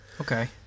Okay